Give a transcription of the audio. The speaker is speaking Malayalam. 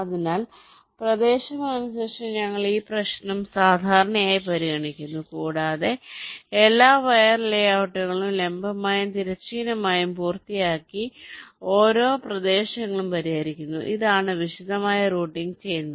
അതിനാൽ പ്രദേശം അനുസരിച്ച് ഞങ്ങൾ ഈ പ്രശ്നം സാധാരണയായി പരിഗണിക്കുന്നു കൂടാതെ എല്ലാ വയർ ലേഔട്ടുകളും ലംബമായും തിരശ്ചീനമായും പൂർത്തിയാക്കി ഓരോ പ്രദേശങ്ങളും പരിഹരിക്കുന്നു ഇതാണ് വിശദമായ റൂട്ടിംഗ് ചെയ്യുന്നത്